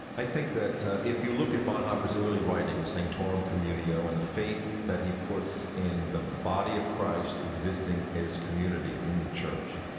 i think that if you look at bonhoeffer's early writings, sanctorum communio, and the faith that he puts in the body of christ existing as community in the church,